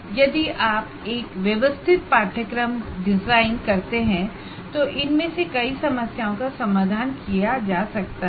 यदि आप एक व्यवस्थित कोर्स डिजाइन करते हैं तो इनमें से कई समस्याओं का समाधान किया जा सकता है